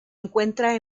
encuentra